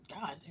God